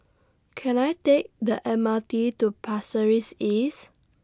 Can I Take The M R T to Pasir Ris East